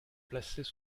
placées